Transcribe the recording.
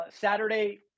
saturday